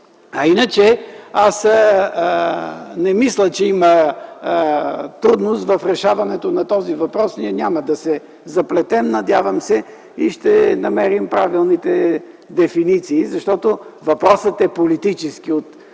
Иначе аз не мисля, че има трудност в решаването на този въпрос, ние няма да се заплетем и се надявам, че ще намерим правилните дефиниции. Защото въпросът е политически.